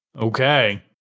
Okay